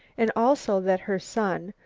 and also that her son,